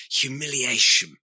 humiliation